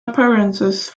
appearances